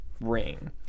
ring